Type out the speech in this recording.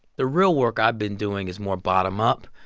the real work i've been doing is more bottom-up.